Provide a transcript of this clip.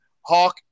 Hawk